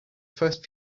first